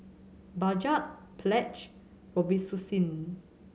Bajaj Pledge Robitussin